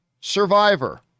Survivor